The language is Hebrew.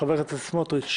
חבר הכנסת סמוטריץ'.